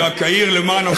אני רק אעיר למען הפרוטוקול,